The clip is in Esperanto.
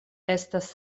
estas